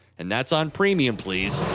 and that's on premium, please.